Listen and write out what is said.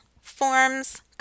forms